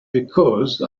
because